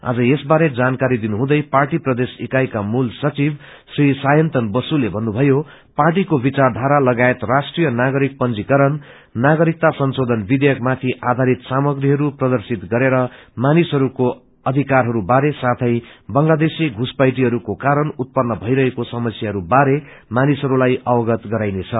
आज यसबारे जानकारी दिनुहुँदै पार्टी प्रदेश इकाईका मूल सचिव श्री सांयतन बसूले भन्नुथयो पार्टीको विचारधारा लगायत राष्ट्रीय नागरिक पंजीकारण नागरीकता संशोधन विधेयक माथि आधारित सामग्रीहरू प्रर्दशित गरेर मानिसहरूको अधिकारहरूबारे साथै बंगलादेशी घुसपैठीहरूको कारण उत्पन्न भैरहेको समस्यहरूबारे मानिसहरूलाई अवगत गराइनेछ